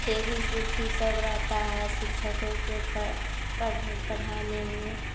table कुर्सी सब रहता है शिक्षकों को अ पढ़ पढ़ाने में